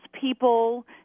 people